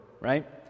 right